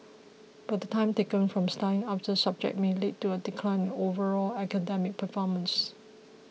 but the time taken away from studying other subjects may lead to a decline in overall academic performance